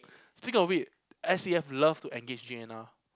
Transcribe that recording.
speak of it S_C_F love to engage J_N_R